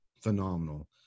Phenomenal